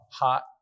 hot